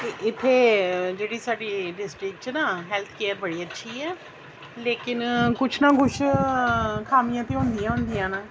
ते इत्थै जेह्ड़ी साढ़ी डिस्ट्रिक च ना हैल्थ केयर बड़ी अच्छी ऐ लेकिन किश ना किश खामियां ते होंदिया गै न